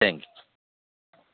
thank you